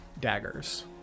daggers